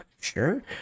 sure